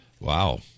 Wow